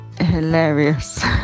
hilarious